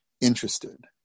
interested